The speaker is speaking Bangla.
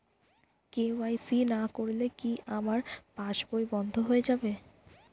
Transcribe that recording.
কে.ওয়াই.সি না করলে কি আমার পাশ বই বন্ধ হয়ে যাবে?